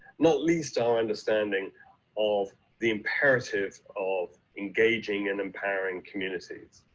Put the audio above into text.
not least our understanding of the imperative of engaging and empowering communities.